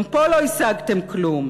גם פה לא השגתם כלום.